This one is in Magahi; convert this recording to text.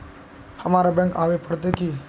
हमरा बैंक आवे पड़ते की?